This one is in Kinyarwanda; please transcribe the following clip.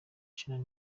charly